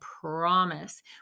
promise